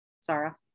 Sarah